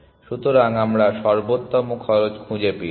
সুতরাং আমরা সর্বোত্তম খরচ খুঁজে পেয়েছি